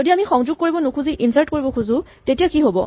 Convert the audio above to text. যদি আমি সংযোগ কৰিব নুখুজি ইনচাৰ্ট কৰিব খোজো তেতিয়া কি হ'ব